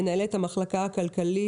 מנהלת המחלקה הכלכלית,